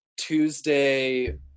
Tuesday